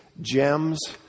Gems